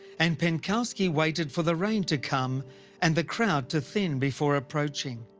and penkovsky waited for the rain to come and the crowd to thin before approaching.